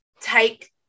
take